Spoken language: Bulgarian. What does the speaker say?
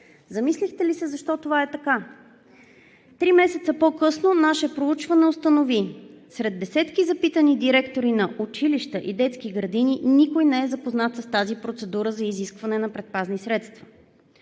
Замислихте ли се защо това е така? Три месеца по-късно наше проучване установи – сред десетки запитани директори на училища и детски градини никой не е запознат с тази процедура за изискване на предпазни средства.